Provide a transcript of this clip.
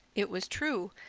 it was true.